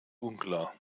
unklar